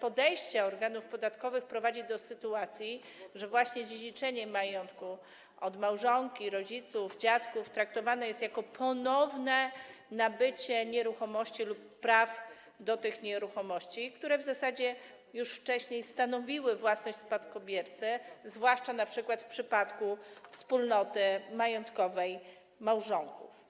podejście organów podatkowych prowadzi do sytuacji, że dziedziczenie majątku po małżonku, rodzicach, dziadkach traktowane jest jako ponowne nabycie nieruchomości lub praw do tych nieruchomości, które w zasadzie już wcześniej stanowiły własność spadkobiercy, zwłaszcza np. w przypadku wspólnoty majątkowej małżonków.